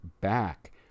back